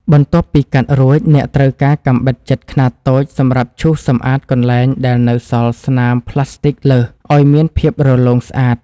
បន្ទាប់ពីកាត់រួចអ្នកត្រូវការកាំបិតចិតខ្នាតតូចសម្រាប់ឈូសសម្អាតកន្លែងដែលនៅសល់ស្នាមផ្លាស្ទិចលើសឱ្យមានភាពរលោងស្អាត។